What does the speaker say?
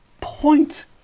point